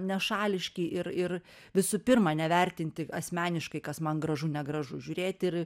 nešališki ir ir visų pirma nevertinti asmeniškai kas man gražu negražu žiūrėti ir